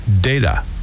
data